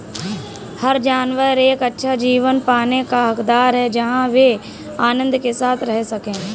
हर जानवर एक अच्छा जीवन पाने का हकदार है जहां वे आनंद के साथ रह सके